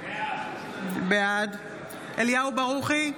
בעד אליהו ברוכי,